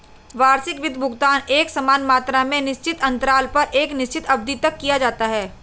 वार्षिक वित्त भुगतान एकसमान मात्रा में निश्चित अन्तराल पर एक निश्चित अवधि तक किया जाता है